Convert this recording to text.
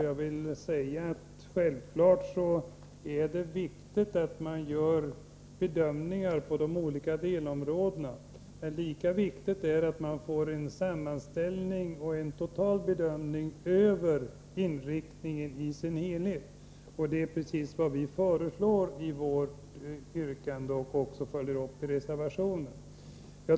Jag vill också säga att det självfallet är viktigt att man gör bedömningar på de olika delområdena, men lika viktigt är det att man får en sammanställning och en total bedömning över inriktningen i sin helhet. Detta är precis vad vi föreslår i vårt motionsyrkande och följer upp i reservationen.